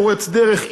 פורץ דרך,